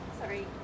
sorry